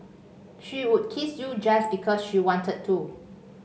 she would kiss you just because she wanted to